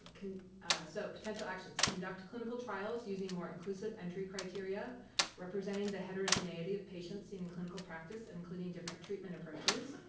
so potential actions conduct clinical trials using more inclusive entry criteria representing the heterogeneity of patients seen in clinical practice and including different treatment approaches.